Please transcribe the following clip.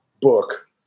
book